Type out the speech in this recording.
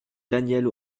danielle